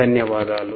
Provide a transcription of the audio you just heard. ధన్యవాదాలు